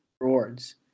rewards